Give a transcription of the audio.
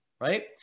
right